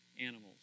animals